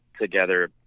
together